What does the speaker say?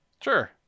Sure